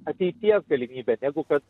ateities galimybę negu kad